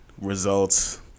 results